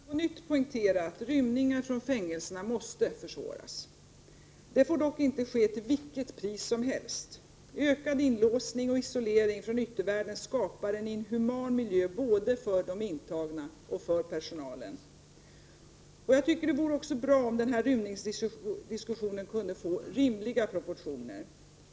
Herr talman! Jag vill på nytt poängtera att rymningar från fängelserna måste försvåras. Detta får dock inte ske till vilket pris som helst. Ökad inlåsning och isolering från yttervärlden skapar en inhuman miljö både för de intagna och för personalen. Jag anser att det vore bra om den här rymningsdiskussionen kunde få rimliga proportioner.